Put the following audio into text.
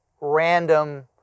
random